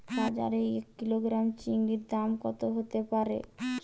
বাজারে এক কিলোগ্রাম চিচিঙ্গার দাম কত হতে পারে?